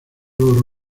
logró